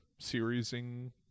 seriesing